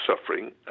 suffering